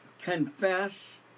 confess